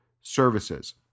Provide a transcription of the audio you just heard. Services